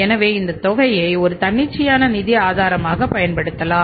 எனவே இந்த தொகையை ஒரு தன்னிச்சையான நிதி ஆதாரமாக பயன்படுத்தலாம்